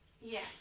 Yes